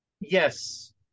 Yes